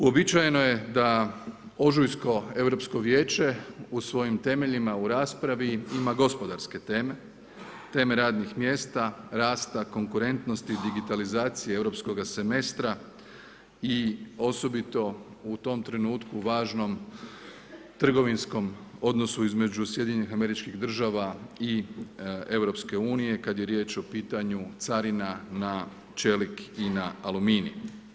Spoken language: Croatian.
Uobičajeno je da ožujsko Europsko vijeće u svojim temeljima u raspravi ima gospodarske teme, teme radnih mjesta, rasta, konkurentnosti, digitalizacije Europskoga semestra i osobito u tom trenutku važnom trgovinskom odnosu između SAD-a i EU kada je riječ o pitanju carina na čelik i na aluminij.